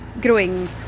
growing